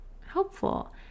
helpful